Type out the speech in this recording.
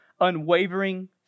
unwavering